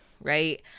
right